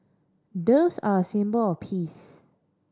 doves are a symbol of peace